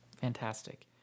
fantastic